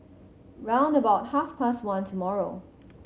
round about half past one tomorrow